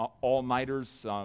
all-nighters